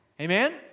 Amen